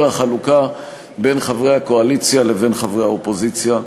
החלוקה בין חברי הקואליציה לבין חברי האופוזיציה.